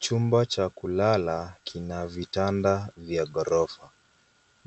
Chumba cha kulala, kina vitanda vya ghorofa.